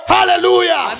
Hallelujah